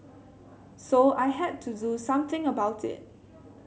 so I had to do something about it